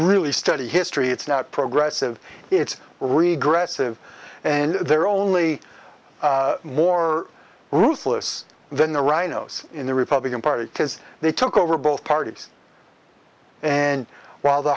really study history it's not progressive it's regress of and they're only more ruthless than the rhinos in the republican party because they took over both parties and while the